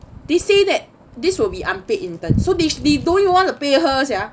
they say that this will be unpaid interns so they don't even want to pay sia